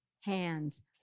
hands